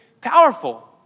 powerful